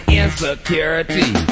insecurity